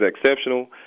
exceptional